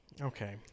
Okay